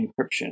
encryption